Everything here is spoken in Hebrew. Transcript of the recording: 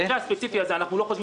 במקרה הספציפי הזה אנחנו לא חושבים